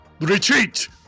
Retreat